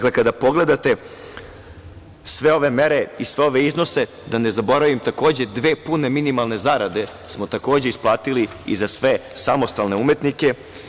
Kada pogledate sve ove mere i ove iznose da ne zaboravim takođe dve pune minimalne zarade smo takođe isplatiti i za sve samostalne umetnike.